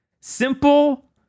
simple